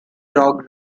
dog